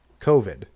COVID